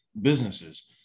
businesses